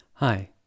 Hi